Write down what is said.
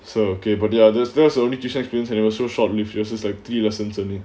so okay but there there's there's only jewish experience and it was so short lived yours is like three lessons only